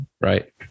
right